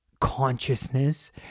consciousness